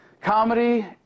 Comedy